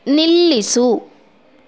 ನಿಲ್ಲಿಸು